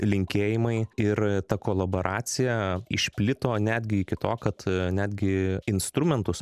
linkėjimai ir ta kolaboracija išplito netgi iki to kad netgi instrumentus